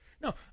No